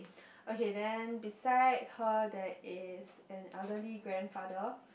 okay then beside her there is an elderly grandfather